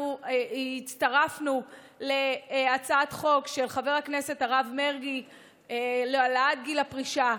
אנחנו הצטרפנו להצעת חוק של חבר הכנסת הרב מרגי להעלאת גיל הפרישה.